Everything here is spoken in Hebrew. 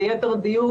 ליתר דיוק,